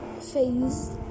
face